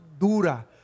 dura